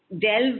delve